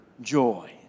joy